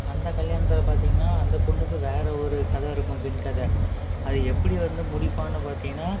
அந்த கல்யாணத்தை பார்த்தீங்கனா அந்த பொண்ணுக்கும் வேறு ஒரு கதை இருக்கும் பின் கதை அது எப்படி வந்து முடிப்பான்னு பாத்தீங்கனா